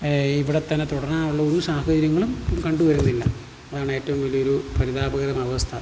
ഇവിടെ തന്നെ തുടരാനുള്ള ഒരു സാഹചര്യങ്ങളും കണ്ടു വരുന്നില്ല അതാണ് ഏറ്റവും വലിയ ഒരു പരിതാപകരമായ അവസ്ഥ